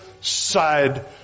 side